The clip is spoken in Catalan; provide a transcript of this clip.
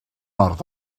nord